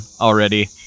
already